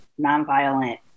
nonviolent